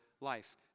life